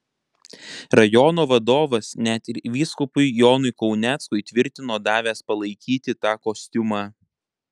rajono vadovas net ir vyskupui jonui kauneckui tvirtino davęs palaikyti tą kostiumą